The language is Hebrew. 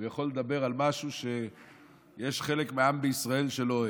הוא יכול לדבר על משהו שחלק מהעם בישראל לא אוהב: